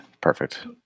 perfect